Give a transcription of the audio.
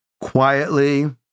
quietly